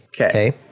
Okay